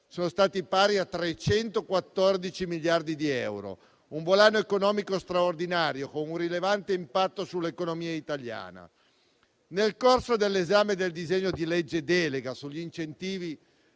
sono stati pari a 314 miliardi di euro: un volano economico straordinario, con un rilevante impatto sull'economia italiana. Nel corso dell'esame del disegno di legge delega sugli incentivi,